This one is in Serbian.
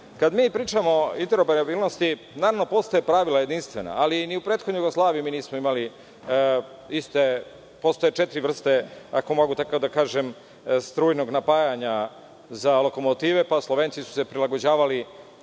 kada mi pričamo o interoparabilnosti, naravno da postoje jedinstvena pravila, ali ni u prethodnoj Jugoslaviji mi nismo imali iste. Postoje četiri vrste, ako mogu tako da kažem strujnog napajanja za lokomotive. Pa su se Slovenci prilagođavali